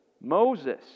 Moses